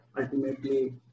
ultimately